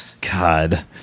God